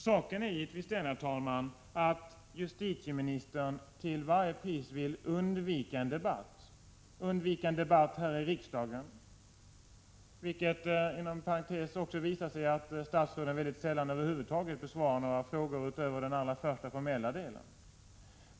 Saken är givetvis den, herr talman, att justitieministern till varje pris vill undvika en debatt här i riksdagen. Inom parentes sagt visar det sig också att statsråden över huvud taget mycket sällan besvarar några frågor utöver den allra första formella delen.